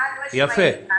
חד-משמעית.